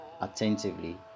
attentively